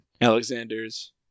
Alexander's